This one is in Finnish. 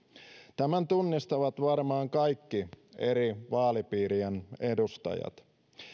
tämän tunnistavat varmaan kaikki eri vaalipiirien edustajat